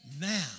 Now